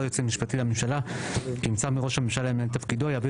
היועץ המשפטי לממשלה כי נבצר מראש הממשלה למלא את תפקידו יעביר